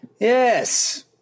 Yes